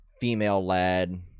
female-led